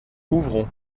ouvrons